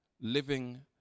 living